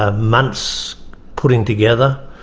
ah months putting together,